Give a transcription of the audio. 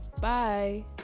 Bye